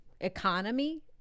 economy